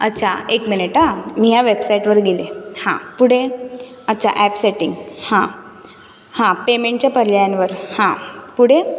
अच्छा एक मिनिट हां मी या वेबसाईटवर गेले हां पुढे अच्छा अॅप सेटिंग हां हां पेमेन्टच्या पर्यायांवर हां पुढे